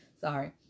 Sorry